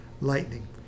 lightning